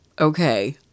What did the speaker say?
Okay